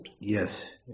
Yes